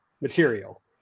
material